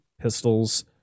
pistols